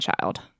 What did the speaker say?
child